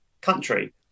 country